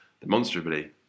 demonstrably